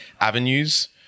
avenues